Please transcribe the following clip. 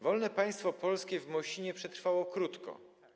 Wolne państwo polskie w Mosinie przetrwało krótko.